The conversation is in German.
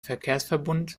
verkehrsverbund